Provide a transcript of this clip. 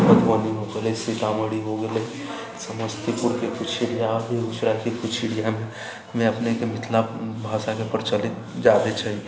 मधुबनी भऽ गेलै सीतामढ़ी हो गेलै समस्तीपुर के कुछ एरिया बेगूसराय के कुछ एरिया मे अपनेके मिथिला भाषा के प्रचलित जादा छै